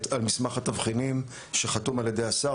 על מסמך התבחינים שחתום על ידי השר.